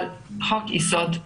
אבל חוק-יסוד: